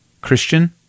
Christian